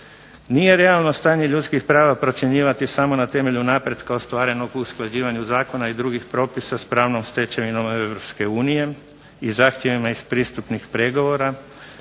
Nije realno stanje ljudskih prava procjenjivati samo na temelju napretka ostvarenog u usklađivanju zakona i drugih propisa s pravnom stečevinom Europske unije, i zahtjevima iz pristupnih pregovora,